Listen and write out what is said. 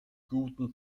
guten